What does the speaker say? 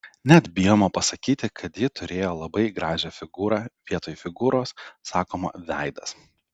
net bijoma pasakyti kad ji turėjo labai gražią figūrą vietoj figūros sakoma veidas